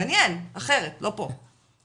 מעניין אחרת, לא פה.